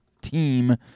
team